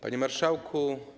Panie Marszałku!